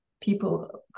people